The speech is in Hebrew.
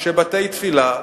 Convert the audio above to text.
בתי-תפילה,